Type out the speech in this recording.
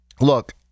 look